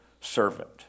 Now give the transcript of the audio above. servant